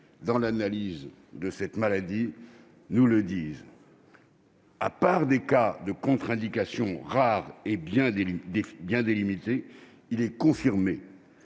dans l'analyse de cette maladie, nous le disent : hormis certains cas de contre-indication à la fois rares et bien délimités, il est confirmé